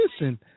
Listen